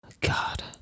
God